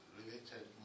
related